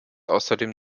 außerdem